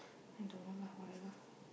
I don't know lah whatever